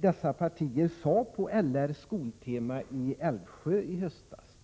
dessa partier sade på LR:s Skoltema i Älvsjö i höstas.